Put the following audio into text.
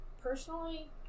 Personally